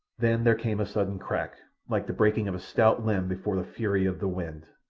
then there came a sudden crack, like the breaking of a stout limb before the fury of the wind.